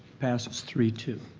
passes three two.